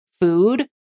food